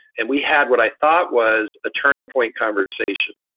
and we had what i thought was a turning point conversation.